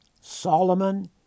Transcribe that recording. Solomon